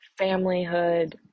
familyhood